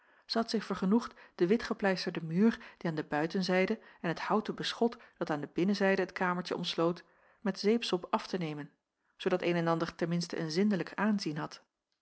had zich vergenoegd den witgepleisterden muur die aan de buitenzijden en het houten beschot dat aan de binnenzijden het kamertje omsloot met zeepsop af te nemen zoodat een en ander ten minste een zindelijk aanzien had